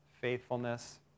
faithfulness